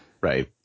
Right